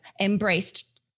embraced